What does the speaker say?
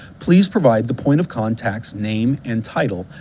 please provide the point of contact's name and title,